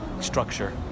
structure